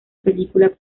película